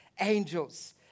angels